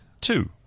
Two